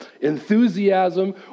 enthusiasm